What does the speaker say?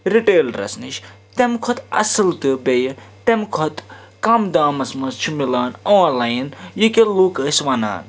retailers نِش تَمہِ کھۄتہٕ اصٕل تہٕ بیٚیہِ تَمہِ کھۄتہٕ کَم دامَس منٛز چھُ میلان آنلاین یہِ کہِ لوٗکھ ٲسۍ وَنان